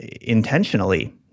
intentionally